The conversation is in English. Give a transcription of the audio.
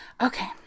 Okay